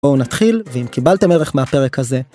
בואו נתחיל, ואם קיבלתם ערך מהפרק הזה...